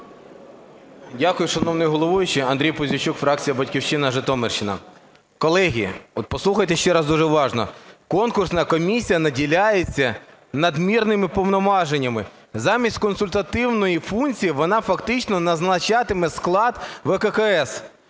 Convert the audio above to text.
Дякую, шановний головуючий. Андрій Пузійчук, фракція "Батьківщина", Житомирщина. Колеги, от послухайте ще раз дуже уважно. Конкурсна комісія наділяється надмірними повноваженнями, замість консультативної функції, вона фактично назначатиме склад ВККС.